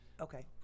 okay